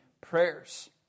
prayers